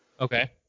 Okay